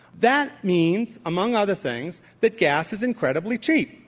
that means, among other things, that gas is incredibly cheap.